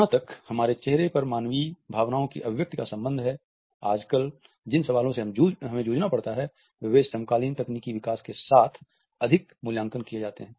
जहां तक हमारे चेहरे पर मानवीय भावनाओं की अभिव्यक्ति का संबंध है आजकल जिन सवालों से हमें जूझना पड़ता है वे समकालीन तकनीकी विकास के साथ अधिक मूल्यांकन किए जाते हैं